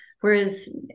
Whereas